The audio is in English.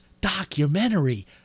documentary